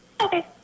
okay